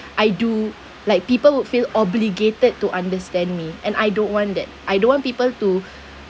I do like people would feel obligated to understand me and I don't want that I don't want people to